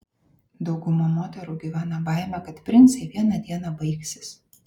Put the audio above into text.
dauguma moterų gyvena baime kad princai vieną dieną baigsis